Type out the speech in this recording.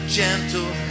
gentle